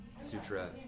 sutra